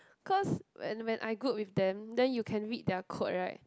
cause when when I group with them then you can read their code right